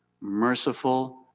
merciful